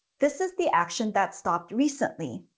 this is the action that stopped recently.